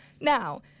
Now